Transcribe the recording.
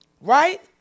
Right